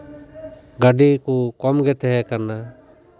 ᱜᱟᱹᱰᱤ ᱠᱚ ᱠᱚᱢ ᱜᱮ ᱛᱟᱦᱮᱸ ᱠᱟᱱᱟ